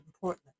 Portland